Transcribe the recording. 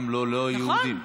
גם ללא יהודים.